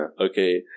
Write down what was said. Okay